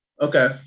Okay